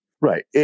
Right